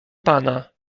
pana